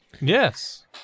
Yes